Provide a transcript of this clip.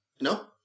no